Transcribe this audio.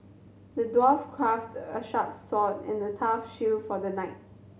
the dwarf crafted a sharp sword and a tough shield for the knight